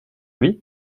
lui